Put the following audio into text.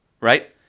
right